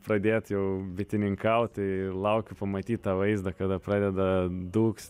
pradėt jau bitininkaut tai laukiu pamatyt tą vaizdą kada pradeda dūgz